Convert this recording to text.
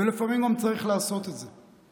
ולפעמים גם צריך לעשות את זה.